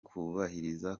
kubahiriza